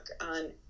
on